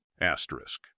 Asterisk